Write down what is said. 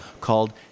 called